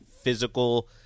physical